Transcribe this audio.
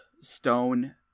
Stone